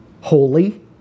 holy